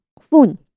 phone